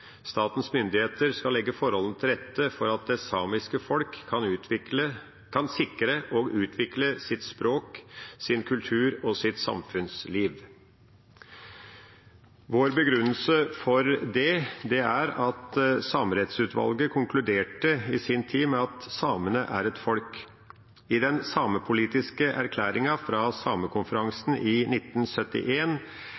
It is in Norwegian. myndigheter skal legge forholdene til rette for at det samiske folk kan sikre og utvikle sitt språk, sin kultur og sitt samfunnsliv.» Vår begrunnelse for det er at Samerettsutvalget i sin tid konkluderte med at samene er et folk. I den samepolitiske erklæringen fra